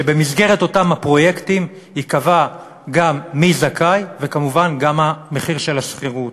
כשבמסגרת אותם הפרויקטים ייקבע גם מי זכאי וכמובן גם המחיר של השכירות.